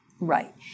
Right